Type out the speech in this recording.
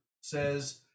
says